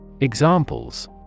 Examples